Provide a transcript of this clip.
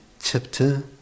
chapter